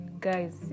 Guys